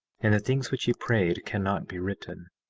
and the things which he prayed cannot be written,